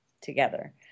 together